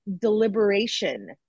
deliberation